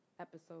episode